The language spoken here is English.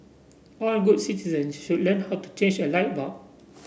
all good citizen should learn how to change a light bulb